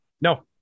No